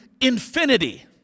infinity